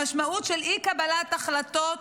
המשמעות של אי-קבלת החלטות